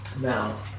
Now